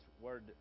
word